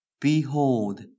Behold